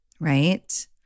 right